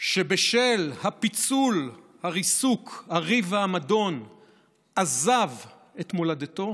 ושבשל פיצול, ריסוק, ריב ומדון עזב את מולדתו